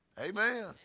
Amen